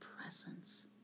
presence